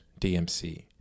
DMC